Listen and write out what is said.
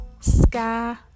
sky